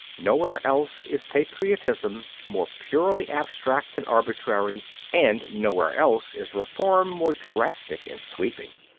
nowhere else is patriotism more purely abstract and arbitrary and nowhere else is reform more drastic and sweeping.